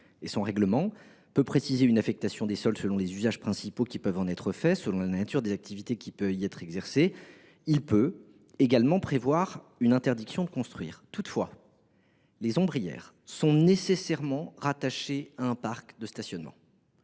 (PLU) peut préciser l’affectation des sols selon les usages principaux qui peuvent en être faits, ou selon la nature des activités qui peuvent y être exercées. Il peut également prévoir une interdiction de construire. Toutefois, les ombrières sont nécessairement rattachées à un parc de stationnement,